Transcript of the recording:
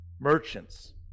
merchants